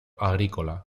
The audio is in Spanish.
agrícola